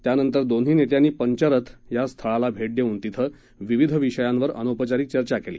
त्यानंतर दोन्ही नेत्यांनी पंचरथ या स्थळाला भेट देऊन तिथं विविध विषयांवर अनौपचारिक चर्चा केली